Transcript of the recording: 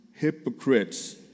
Hypocrites